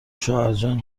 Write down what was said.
شوهرجان